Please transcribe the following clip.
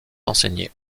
enseignées